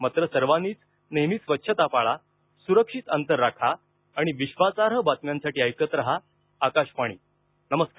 मात्र सर्वांनीच नेहमी स्वच्छता पाळा सुरक्षित अंतर राखा आणि विश्वासार्ह बातम्यांसाठी ऐकत राहा आकाशवाणी नमस्कार